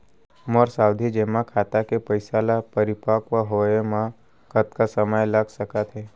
मोर सावधि जेमा खाता के पइसा ल परिपक्व होये म कतना समय लग सकत हे?